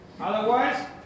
Otherwise